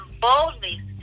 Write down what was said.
boldly